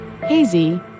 Hazy